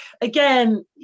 again